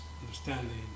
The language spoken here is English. understanding